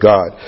God